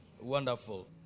Wonderful